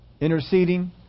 interceding